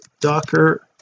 docker